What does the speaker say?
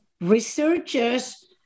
researchers